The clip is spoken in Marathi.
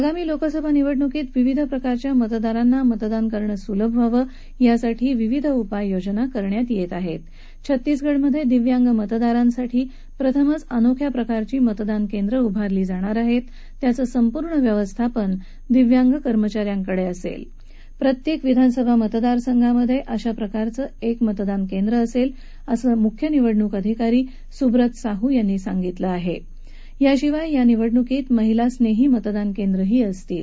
आगामी लोकसभा निवडणुकीत विविध प्रकारच्या मतदारांना मतदान करणं सुलभ व्हावं यासाठी विविध उपाययोजना करण्यात यहि आहा छत्तीसगडमध्या दिव्यांग मतदारांसाठी प्रथमच अनोख्या प्रकारची मतदान केंद्र उभारली जाणार आहत्त याचं संपूर्ण व्यवस्थापन दिव्यांग कर्मचा यांकड असत्त्व प्रत्यक्त विधानसभा मतदारसंघामध्य अिशा प्रकारचं एक मतदान केंद्र असला असं मुख्य निवडणूक अधिकारी सुब्रत साहू यांनी सांगितलं याशिवाय या निवडणुकीत महिलास्नर्षीमतदानकेंद्रही असतील